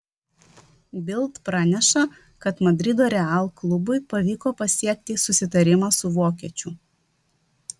bild praneša kad madrido real klubui pavyko pasiekti susitarimą su vokiečiu